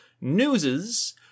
newses